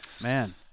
Man